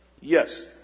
Yes